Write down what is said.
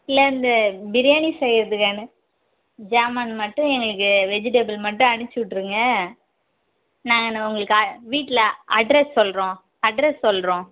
இல்லை அந்த பிரியாணி செய்கிறதுக்கான சாமான் மட்டும் எனக்கு வெஜிடபிள் மட்டும் அனுப்பிச்சுட்ருங்க நான் உங்களுக்கு வீட்டில் அட்ரெஸ் சொல்கிறோம் அட்ரெஸ் சொல்கிறோம்